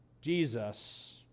Jesus